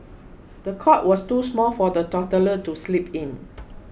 the cot was too small for the toddler to sleep in